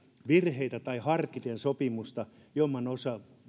virheitä tai harkiten tulkitaan sopimusta jommankumman